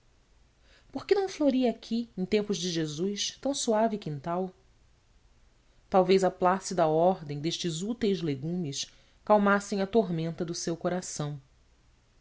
que não floria aqui em tempos de jesus tão suave quintal talvez a plácida ordem destes úteis legumes calmasse a tormenta do seu coração